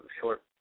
short